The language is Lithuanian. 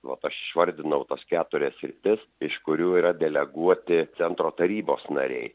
vat aš išvardinau tas keturias sritis iš kurių yra deleguoti centro tarybos nariai